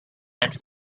and